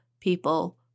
people